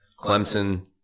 Clemson